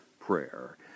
prayer